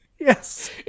Yes